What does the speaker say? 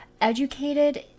educated